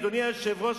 אדוני היושב-ראש,